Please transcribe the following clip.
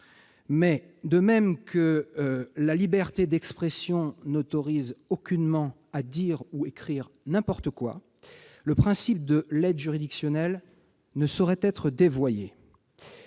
Mais, de même que la liberté d'expression n'autorise aucunement à dire ou à écrire n'importe quoi, le principe de l'aide juridictionnelle ne saurait être dévoyé.